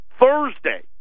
Thursday